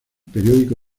periódico